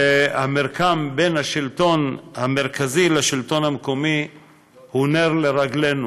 המרקם בין השלטון המרכזי לשלטון המקומי הוא נר לרגלינו,